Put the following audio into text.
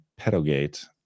pedogate